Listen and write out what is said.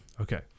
Okay